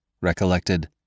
recollected